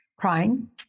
crying